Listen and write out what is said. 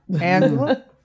Angela